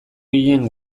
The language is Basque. ginen